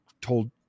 told